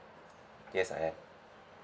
yes I have